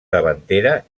davantera